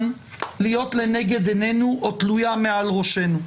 להיות לנגד עינינו או תלויה מעל ראשנו.